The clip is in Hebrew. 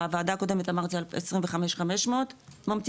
בוועדה הקודמת אמרתי 25,500 ממתינים,